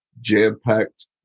jam-packed